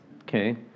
Okay